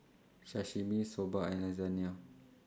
Sashimi Soba and Lasagne